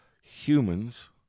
humans